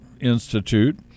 institute